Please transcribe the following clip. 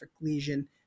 lesion